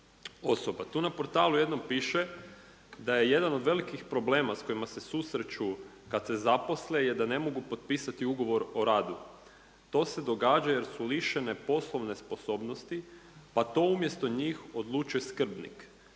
Tu na portalu jednom piše da je jedan od velikih problema s kojima se susreću kada se zaposle je da ne mogu potpisati ugovor o radu. To se događa jer su lišene poslovne sposobnosti pa to umjesto njih odlučuje skrbnik.